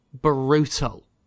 brutal